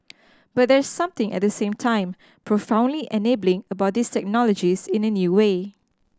but there's something at the same time profoundly enabling about these technologies in a new way